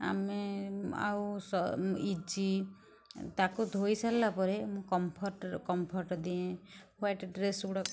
ଆମେ ଆଉ ଇଜି ତାକୁ ଧୋଇସାରିଲା ପରେ କମ୍ଫଟ୍ କମ୍ଫଟ୍ ଦିଏ ୱାଇଟ୍ ଡ୍ରେସ୍ଗୁଡ଼ାକ